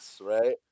right